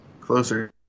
closer